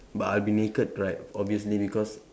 but I'll be naked right obviously because